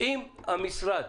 אם המשרד